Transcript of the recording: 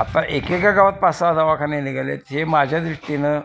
आत्ता एकेका गावात पाच सहा दवाखाने निघाले आहेत हे माझ्या दृष्टीनं